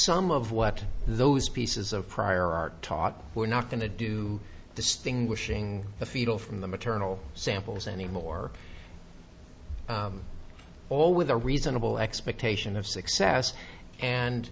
some of what those pieces of prior art taught we're not going to do distinguishing the fetal from the maternal samples any more all with a reasonable expectation of success and